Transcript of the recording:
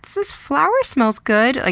this flower smells good, like